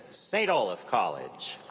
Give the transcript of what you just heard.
st. olaf college.